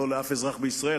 לא לאף אזרח בישראל,